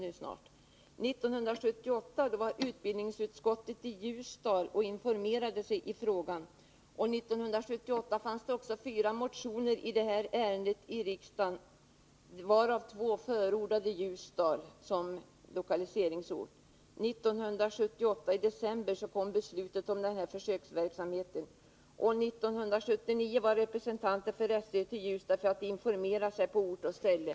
1978 var utbildningsutskottet i Ljusdal och informerade sig i frågan. 1978 fanns det också fyra motioner i det här ärendet i riksdagen, varav två förordade Ljusdal som lokaliseringsort. I december 1978 kom beslutet om försöksverksamhet. 1979 var representanter för SÖ i Ljusdal för att informera sig på ort och ställe.